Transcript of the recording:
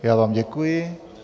Já vám děkuji.